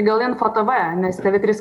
gal info tv nes tv trys